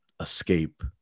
escape